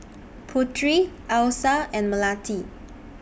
Putri Alyssa and Melati